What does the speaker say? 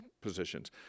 positions